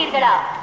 it out.